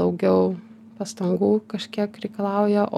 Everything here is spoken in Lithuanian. daugiau pastangų kažkiek reikalauja o